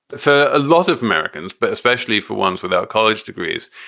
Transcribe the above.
for a lot of americans, but especially for ones without college degrees,